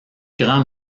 grand